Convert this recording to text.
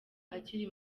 akiri